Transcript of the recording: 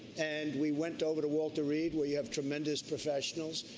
and we went over to walter reed. we have tremendous professionals.